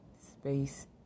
Space